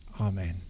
amen